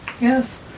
Yes